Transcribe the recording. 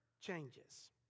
changes